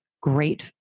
great